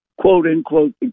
quote-unquote